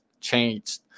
changed